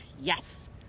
yes